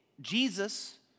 Jesus